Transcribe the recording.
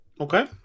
Okay